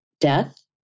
death